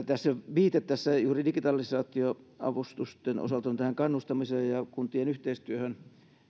viite juuri näiden digitalisaatioavustusten osalta on kannustamiseen ja kuntien yhteistyöhön